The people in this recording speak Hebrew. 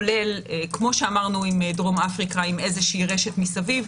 כמו שאמרנו עם דרום אפריקה עם איזושהי רשת מסביב,